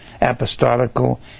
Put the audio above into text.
apostolical